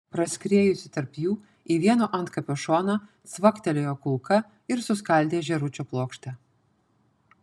praskriejusi tarp jų į vieno antkapio šoną cvaktelėjo kulka ir suskaldė žėručio plokštę